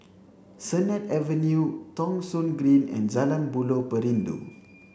Sennett Avenue Thong Soon Green and Jalan Buloh Perindu